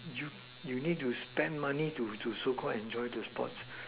you you need to spend money to to so called enjoy the sports